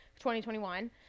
2021